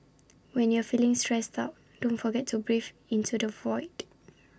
when you are feeling stressed out don't forget to breathe into the void